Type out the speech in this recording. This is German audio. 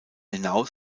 hinaus